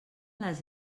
les